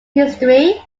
history